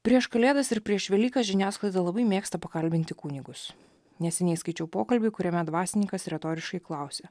prieš kalėdas ir prieš velykas žiniasklaida labai mėgsta pakalbinti kunigus neseniai skaičiau pokalbį kuriame dvasininkas retoriškai klausė